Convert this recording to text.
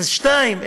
0.2%,